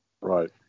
Right